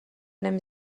نمی